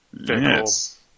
Yes